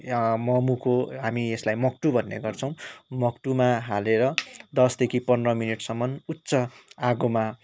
मोमोको हामी मक्टू भन्ने गर्छौं मक्टूमा हालेर दसदेखि पन्ध्र मिनटसम्म उच्च आगोमा